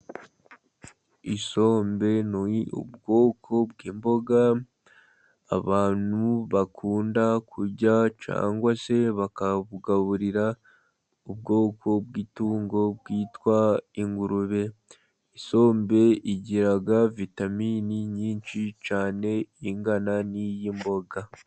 Isombe ni ubwoko bw'imboga abantu bakunda kurya cyangwa se bakabugaburira ubwoko bw'itungo bwitwa ingurube, isombe igira vitaminini nyinshi cyane, ingana n'iyimboga.